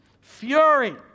fury